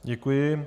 Děkuji.